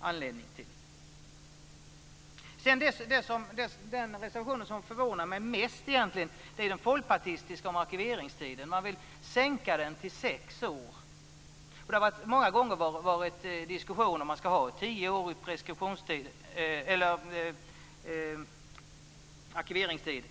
anledning till. Den reservation som förvånar mig mest är den folkpartistiska om arkiveringstiden. Man vill förkorta den till sex år. Det har många gånger varit diskussion om ifall man ska ha en tioårig eller en sexårig arkiveringstid.